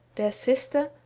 their sister,